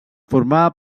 formava